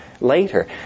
later